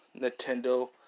Nintendo